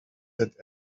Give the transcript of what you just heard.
that